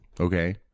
okay